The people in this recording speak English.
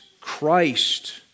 Christ